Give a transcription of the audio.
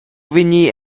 vegnir